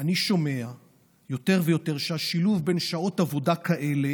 אני שומע יותר ויותר שהשילוב בין שעות עבודה כאלה